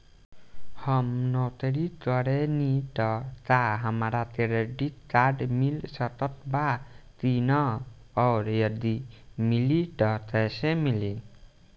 हम नौकरी करेनी त का हमरा क्रेडिट कार्ड मिल सकत बा की न और यदि मिली त कैसे मिली?